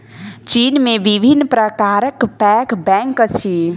चीन में विभिन्न प्रकारक पैघ बैंक अछि